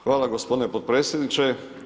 Hvala gospodine potpredsjedniče.